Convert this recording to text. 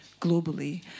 globally